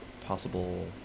possible